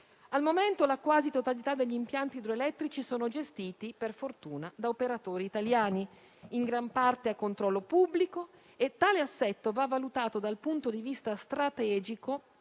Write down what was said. Al momento, la quasi totalità degli impianti idroelettrici è gestita per fortuna da operatori italiani, in gran parte a controllo pubblico, e tale assetto va valutato dal punto di vista strategico